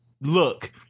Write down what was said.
look